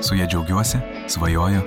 su ja džiaugiuosi svajoju